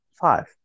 Five